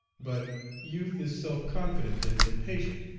but youth is self-confident and impatient,